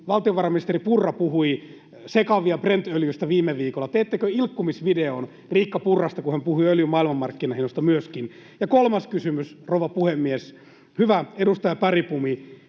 valtiovarainministeri Purra puhui sekavia Brent-öljystä viime viikolla — ilkkumisvideon myöskin Riikka Purrasta, kun hän puhui öljyn maailmanmarkkinahinnoista? Ja kolmas kysymys, rouva puhemies. Hyvä edustaja Bergbom,